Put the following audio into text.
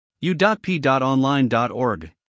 U.P.Online.org